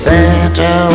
Santa